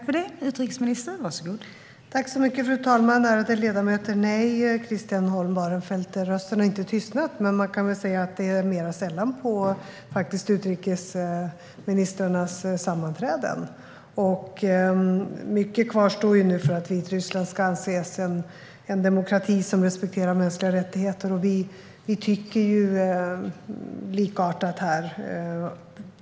Fru talman! Ärade ledamöter! Nej, Christian Holm Barenfeld, rösten har inte tystnat, men man kan väl säga att frågan är uppe mer sällan på utrikesministrarnas sammanträden. Mycket kvarstår för att Vitryssland ska anses vara en demokrati som respekterar mänskliga rättigheter, och vi tycker ju likartat här.